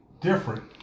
different